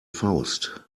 faust